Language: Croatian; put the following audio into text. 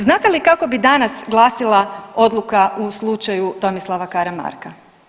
Znate li kako bi danas glasila odluka u slučaju Tomislava Karamarka?